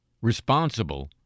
responsible